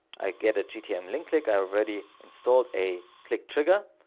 i get a gtm link, click already installed a click trigger.